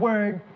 Word